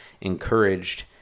encouraged